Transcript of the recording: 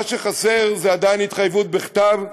מה שחסר זה עדיין התחייבות בכתב,